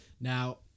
Now